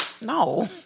No